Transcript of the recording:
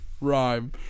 rhyme